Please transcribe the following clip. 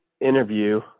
interview